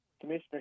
Commissioner